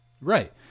Right